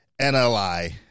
nli